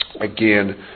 again